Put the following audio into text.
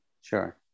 Sure